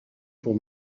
pour